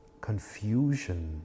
confusion